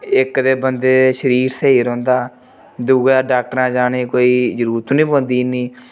इक ते बंदे शरीर स्हेई रौंह्दा दूआ डाक्टरा जाने कोई ज़रूरत नी पौंदी इन्नी